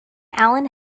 alan